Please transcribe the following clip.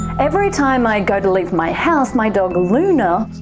every time i go to leave my house my dog luna